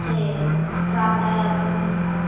சரி நாற்பது ரூபாய்ல அது கொடுத்துருங்க